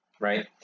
right